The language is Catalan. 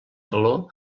calor